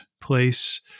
place